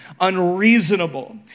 unreasonable